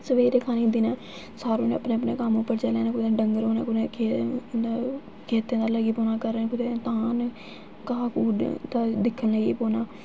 सबैह्रे खानी दिनें सारें अपने अपने कम्म उप्पर चली जाना कुसै दे डंगर होने कुसै दे खेत खेत्तें अल्ल लग्गी पौना ते धान घाऽ घूऽ दिक्खन लग्गी पौना